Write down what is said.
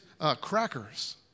crackers